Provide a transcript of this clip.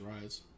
rise